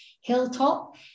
hilltop